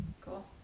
Cool